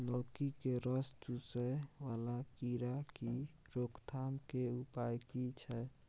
लौकी के रस चुसय वाला कीरा की रोकथाम के उपाय की छै?